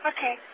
Okay